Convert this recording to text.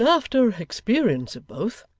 and after experience of both,